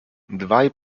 dwaj